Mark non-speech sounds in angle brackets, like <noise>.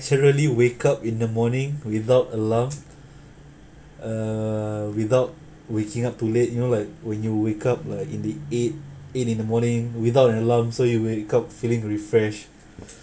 naturally wake up in the morning without alarm uh without waking up too late you know like when you wake up like in the eight eight in the morning without an alarm so you wake up feeling refreshed <breath>